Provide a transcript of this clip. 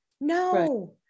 No